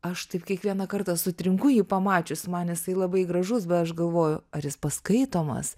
aš taip kiekvieną kartą sutrinku jį pamačius man jisai labai gražus be aš galvoju ar jis paskaitomas